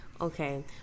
Okay